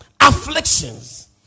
afflictions